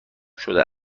شده